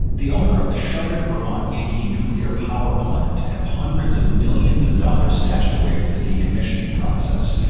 the owner of the shuttered vermont yankee nuclear power plant have hundreds of millions of dollars stashed away for the decommissioning process.